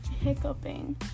hiccuping